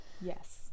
yes